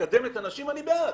לקדם את הנשים, אני בעד.